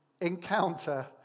encounter